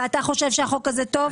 ואתה חושב שהחוק הזה טוב?